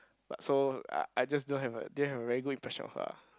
but so I I just don't have a don't have a very good impression of her ah